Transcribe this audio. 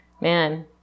man